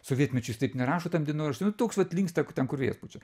sovietmečiu jis taip nerašo ten dienoraštį nu toks vat linksta k ten kur vėjas pučia